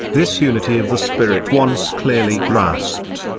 this unity of the spirit once clearly grasped,